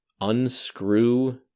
unscrew